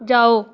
जाओ